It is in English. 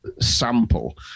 sample